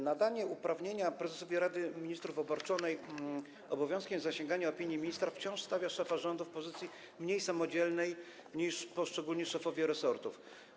Nadanie uprawnienia prezesowi Rady Ministrów, obarczając go obowiązkiem zasięgania opinii ministra, wciąż stawia szefa rządu w pozycji mniej samodzielnej niż pozycje poszczególnych szefów resortów.